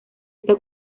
está